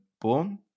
born